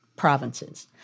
Provinces